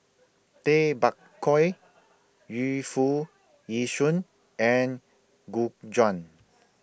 Tay Bak Koi Yu Foo Yee Shoon and Gu Juan